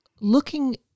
looking